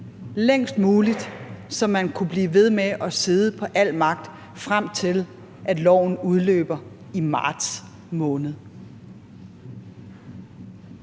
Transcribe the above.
længst muligt ud, så man kunne blive ved med at sidde på al magt, frem til loven udløber i marts måned.